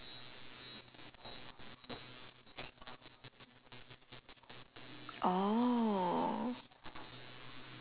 oh